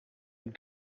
had